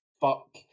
fuck